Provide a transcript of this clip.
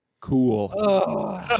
Cool